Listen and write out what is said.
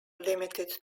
limited